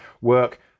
work